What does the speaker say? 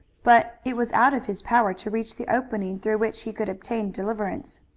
but it was out of his power to reach the opening through which he could obtain deliverance.